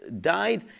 died